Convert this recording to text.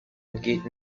entgeht